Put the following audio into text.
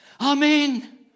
Amen